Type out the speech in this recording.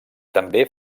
també